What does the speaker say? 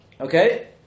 Okay